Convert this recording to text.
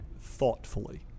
thoughtfully